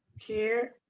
here,